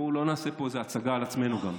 בואו לא נעשה פה איזה הצגה על עצמנו גם.